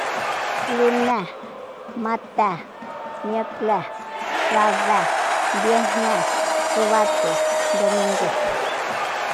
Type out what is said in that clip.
Lune matée miuclée xabée viejnée xubato ndumingúu